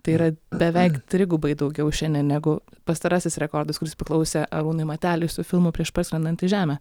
tai yra beveik trigubai daugiau šiandien negu pastarasis rekordas kuris priklausė arūnui mateliui su filmu prieš parskrendant į žemę